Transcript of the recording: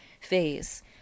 phase